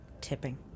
Tipping